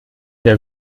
der